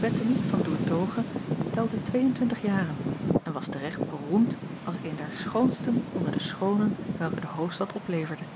ettemie an oertoghe telde twee-en-twintig jaren en was te recht beroemd als eene der schoonsten onder de schoonen welke de hoofdstad opleverde